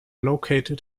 located